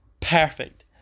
Perfect